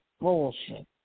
bullshit